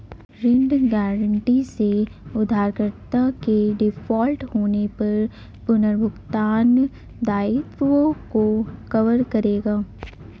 ऋण गारंटी से उधारकर्ता के डिफ़ॉल्ट होने पर पुनर्भुगतान दायित्वों को कवर करेगा